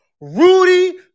rudy